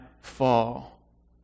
fall